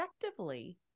effectively